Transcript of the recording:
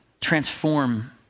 transform